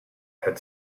had